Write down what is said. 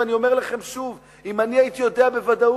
ואני אומר לכם שוב, אם אני הייתי יודע בוודאות